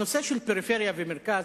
הנושא של פריפריה ומרכז,